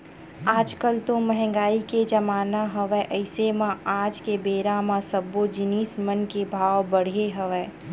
आज कल तो मंहगाई के जमाना हवय अइसे म आज के बेरा म सब्बो जिनिस मन के भाव बड़हे हवय